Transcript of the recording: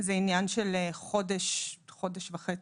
זה עניין של חודש-חודש וחצי.